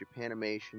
Japanimation